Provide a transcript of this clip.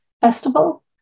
festival